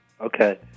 Okay